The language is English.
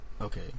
okay